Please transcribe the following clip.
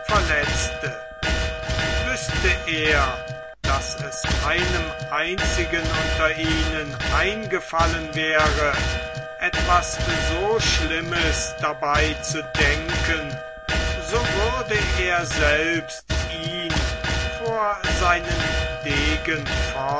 verletzte wüßte er daß es einem einzigen unter ihnen eingefallen wäre etwas so schlimmes dabei zu denken so würde er selbst ihn vor seinen degen